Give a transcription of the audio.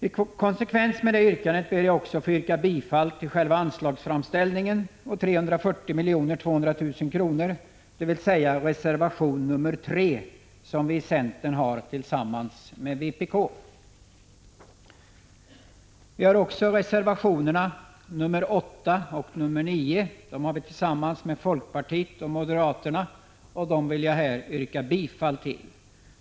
I konsekvens med detta yrkande ber jag också att få yrka bifall till förslaget att riksdagen skall tillstyrka transportrådets anslagsframställning å 340 200 000 kr., dvs. bifall till reservation nr 3, som vi i centern har avlämnat tillsammans med vpk. Jag vill också yrka bifall till reservationerna nr 8 och 9, som vi har avgett tillsammans med folkpartiet och moderaterna.